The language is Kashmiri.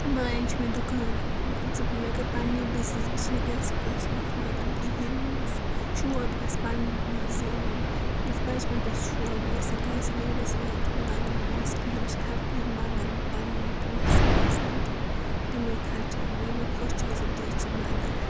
باین چھُ مےٚ دُکان مان ژٕ مےٚ کٔر پَننی بزنٮ۪س مےٚ چھِنہٕ کٲنٛسہِ پونٛسہِ وونٛسہِ منٛگان کہیٖنۍ مےٚ اوس شوق بہٕ گَژھہِ پَنٕنۍ پونٛسہٕ زینٕنۍ مےٚ اوس بَچپن پٮ۪ٹھ شوق بہٕ گَژھہٕ نہٕ کٲنٛسہِ ڈیڈیس منٛگٕنۍ پونٛسہٕ کہیٖنۍ بہٕ چھس ہر کیٚنٛہہ منٛگان پَنٕنۍ پونٛسہِ آسان تہِ تمے خرچاوان ییٚلہ مےٚ خۄش چھُ گژھان تی چھِ ونان